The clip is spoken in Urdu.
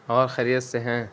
اور خیریت سے ہیں